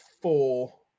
four